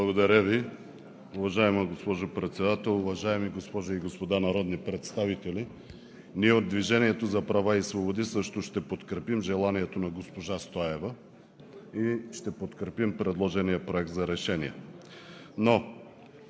Благодаря Ви. Уважаеми господин Председател, уважаеми госпожи и господа народни представители! От „Движението за права и свободи“ също ще подкрепим желанието на госпожа Стоева и ще подкрепим предложения Проект за решение.